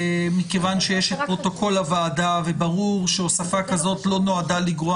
מכיוון שיש את פרוטוקול הוועדה וברור שהוספה כזאת לא נועדה לגרוע